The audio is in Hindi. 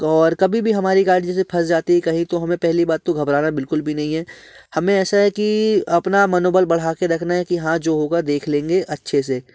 तो और कभी भी हमारी गाड़ी जैसे फँस जाती है कहीं तो हमें पहली बात तो घबराना बिल्कुल भी नहीं है हमें ऐसा है कि अपना मनोबल बढ़ाके रखना है कि हाँ जो होगा देख लेंगे अच्छे से